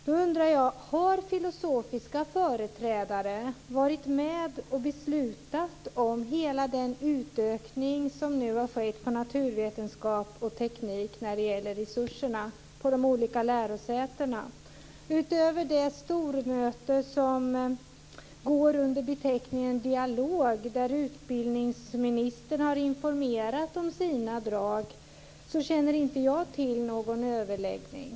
Då undrar jag: Har filosofiska företrädare varit med och beslutat om hela den utökning som nu har skett på naturvetenskap och teknik när det gäller resurserna på de olika lärosätena? Utöver det stormöte som går under beteckningen dialog, där utbildningsministern har informerat om sina drag, känner inte jag till någon överläggning.